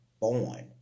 born